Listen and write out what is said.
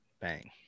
Bang